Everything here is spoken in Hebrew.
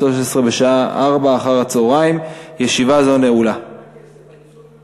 הנושא יועבר לוועדת הכלכלה.